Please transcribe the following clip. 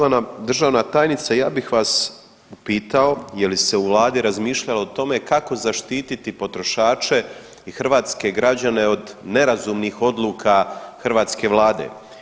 Poštovana državna tajnice, ja bih vas pitao je li se u Vladi razmišljalo o tome kako zaštititi potrošače i hrvatske građane od nerazumnih odluka hrvatske Vlade.